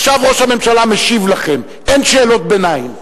עכשיו ראש הממשלה משיב לכם, אין שאלות ביניים.